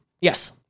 Yes